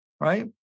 right